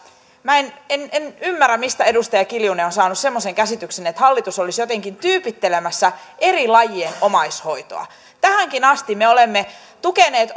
minä en en ymmärrä mistä edustaja kiljunen on saanut semmoisen käsityksen että hallitus olisi jotenkin tyypittelemässä eri lajien omaishoitoa tähänkin asti me olemme tukeneet